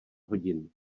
hodin